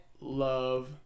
love